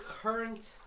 current